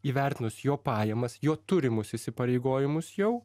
įvertinus jo pajamas jo turimus įsipareigojimus jau